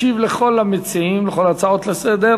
ישיב לכל המציעים, על כל ההצעות לסדר-היום,